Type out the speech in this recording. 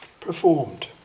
performed